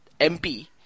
mp